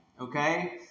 okay